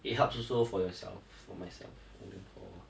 it helps also for yourself for myself and for